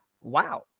wow